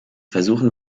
versuchen